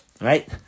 Right